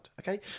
okay